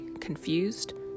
confused